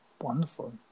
Wonderful